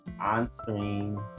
on-screen